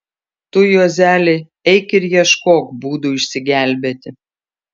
tu juozeli eik ir ieškok būdų išsigelbėti